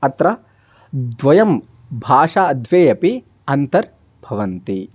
अत्र द्वयं भाषा द्वे अपि अन्तर्भवन्ति